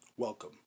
Welcome